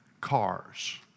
cars